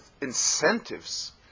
incentives